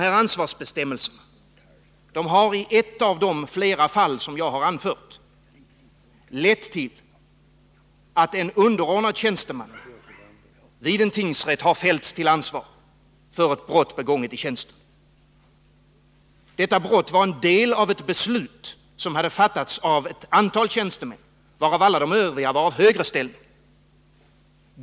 Dessa ansvarsbestämmelser har i ett av de flera fall som jag har anfört lett till att en underordnad tjänsteman vid en tingsrätt har fällts till ansvar för ett brott begånget i tjänsten. Detta brott var en del av ett beslut som hade fattats av ett antal tjänstemän, varav alla de övriga var av högre ställning.